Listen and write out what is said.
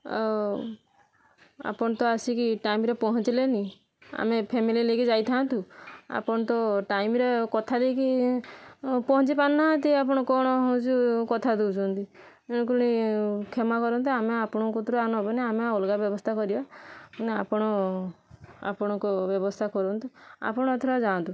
ଆଉ ଆପଣ ତ ଆସିକି ଟାଇମ୍ରେ ପହଞ୍ଚିଲେନି ଆମେ ଫ୍ୟାମିଲୀ ନେଇକି ଯାଇଥାନ୍ତୁ ଆପଣ ତ ଟାଇମ୍ରେ କଥା ଦେଇକି ପହଞ୍ଚି ପାରୁନାହାଁନ୍ତି ଆପଣ କ'ଣ ହେଉଛି କଥା ଦଉଚନ୍ତି ତେଣୁ କରି କ୍ଷମା କରନ୍ତୁ ଆମେ ଆପଣଙ୍କୁ କତିରୁ ଆଉ ନେବୁନି ଆମେ ଅଲଗା ବ୍ୟବସ୍ଥା କରିବା ନା ଆପଣ ଆପଣଙ୍କ ବ୍ୟବସ୍ଥା କରନ୍ତୁ ଆପଣ ଏଥରକ ଯାଆନ୍ତୁ